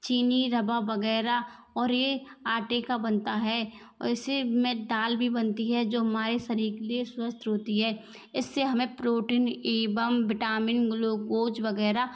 चीनी रवा वग़ैरह और ये आटे का बनता है ओर इसे में दाल भी बनती है जो हमारे शरीर के लिए स्वस्थ होती है इस से हमें प्रोटीन एवं विटामिन ग्लूकोज वग़ैरह